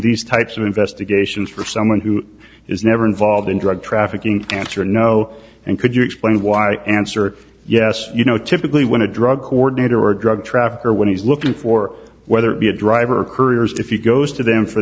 these types of investigations for someone who is never involved in drug trafficking cancer no and could you explain why answer yes you know typically when a drug coordinator or a drug trafficker when he's looking for whether it be a driver or couriers if you goes to them for